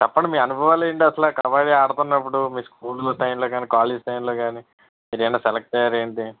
చెప్పండి మీ అనుభవాలు ఏంటి అసలు కబడ్డీ ఆడుతున్నప్పుడు మీ స్కూల్ టైమ్ లో కానీ కాలేజ్ టైమ్ లో కానీ మీరేమైనా సెలెక్ట్ అయ్యారా ఏంటి